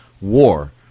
war